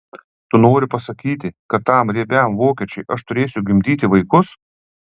tu nori pasakyti kad tam riebiam vokiečiui aš turėsiu gimdyti vaikus